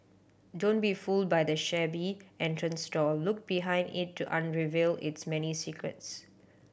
don't be fooled by the shabby entrance door look behind it to unravel its many secrets